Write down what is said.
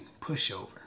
pushover